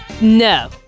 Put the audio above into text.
No